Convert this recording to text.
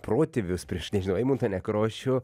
protėvius prieš nežinau eimuntą nekrošių